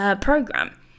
program